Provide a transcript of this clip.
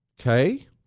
Okay